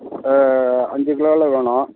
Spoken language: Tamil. அஞ்சு கிலோவில் வேணும்